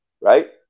right